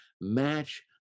match